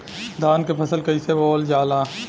धान क फसल कईसे बोवल जाला?